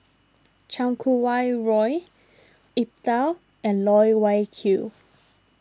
Chan Kum Wah Roy Iqbal and Loh Wai Kiew